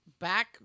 back